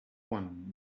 one